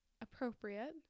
appropriate